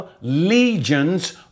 legions